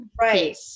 Right